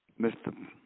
Mr